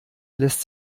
lässt